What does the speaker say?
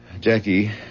Jackie